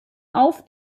auf